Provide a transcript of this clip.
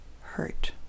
hurt